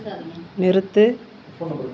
நிறுத்து